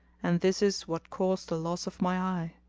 and this is what caused the loss of my eye.